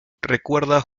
recuerda